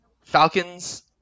Falcons